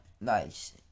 Nice